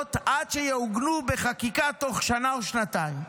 זמניות עד שיעוגנו בחקיקה בתוך שנה או שנתיים.